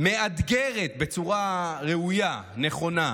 מאתגרת בצורה ראויה, נכונה,